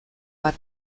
bat